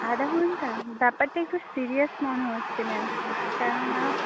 আধা ঘন্টা ব্যাপারটা একটু সিরিয়াস মনে হচ্ছে ম্যাম কেননা